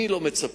אני לא מצפה,